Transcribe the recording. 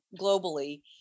globally